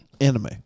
anime